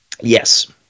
Yes